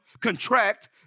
contract